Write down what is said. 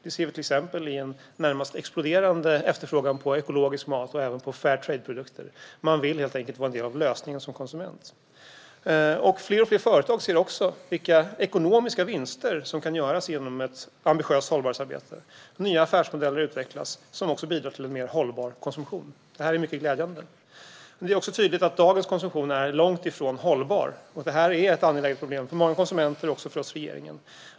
Det ser vi till exempel i en närmast exploderande efterfrågan på ekologisk mat och Fairtradeprodukter. Man vill helt enkelt vara en del av lösningen som konsument. Fler och fler företag ser också vilka ekonomiska vinster som kan göras genom ett ambitiöst hållbarhetsarbete. Nya affärsmodeller utvecklas. Det bidrar också till mer hållbar konsumtion. Detta är mycket glädjande. Men det är också tydligt att dagens konsumtion är långt ifrån hållbar. Det är ett angeläget problem för många konsumenter och också för oss i regeringen.